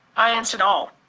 i answered all.